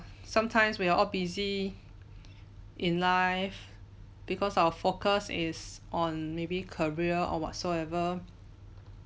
sometimes we're all busy in life because our focus is on maybe career or whatsoever